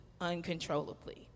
uncontrollably